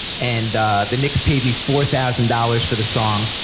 and the knicks paid me four thousand dollars for the song,